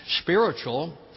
spiritual